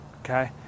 okay